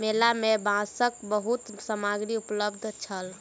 मेला में बांसक बहुत सामग्री उपलब्ध छल